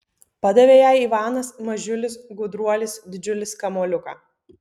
padavė jai ivanas mažiulis gudruolis didžiulis kamuoliuką